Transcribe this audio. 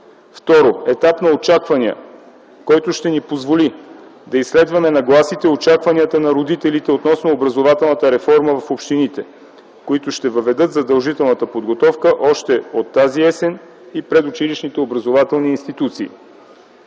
Второ, етап на очаквания, който ще ни позволи да изследваме нагласите и очакванията на родителите относно образователната реформа в общините, които ще въведат задължителната подготовка още от тази есен, и предучилищните образователни институции;